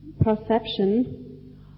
perception